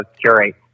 curate